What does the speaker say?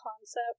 concept